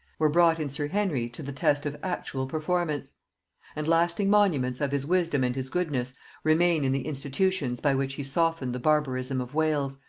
were brought in sir henry to the test of actual performance and lasting monuments of his wisdom and his goodness remain in the institutions by which he softened the barbarism of wales,